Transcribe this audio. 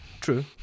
True